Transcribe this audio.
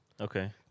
Okay